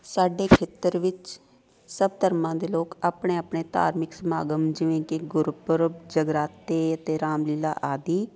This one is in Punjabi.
ਸਾਡੇ ਖੇਤਰ ਵਿੱਚ ਸਭ ਧਰਮਾਂ ਦੇ ਲੋਕ ਆਪਣੇ ਆਪਣੇ ਧਾਰਮਿਕ ਸਮਾਗਮ ਜਿਵੇਂ ਕਿ ਗੁਰਪੁਰਬ ਜਗਰਾਤੇ ਅਤੇ ਰਾਮਲੀਲਾ ਆਦਿ